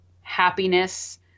happiness